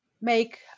make